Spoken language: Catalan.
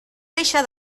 deixa